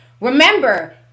remember